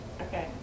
Okay